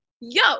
yo